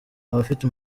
afite